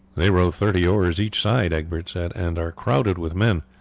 they row thirty oars each side, egbert said, and are crowded with men.